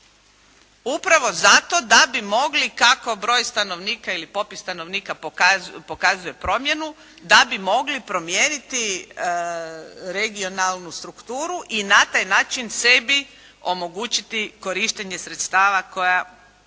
upravo tako da bi mogli kako broj stanovnika ili popis stanovnika pokazuje promjenu, da bi mogli promijeniti regionalnu strukturu i na taj način sebi omogućiti korištenje sredstava koja